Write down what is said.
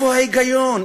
איפה ההיגיון?